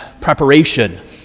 preparation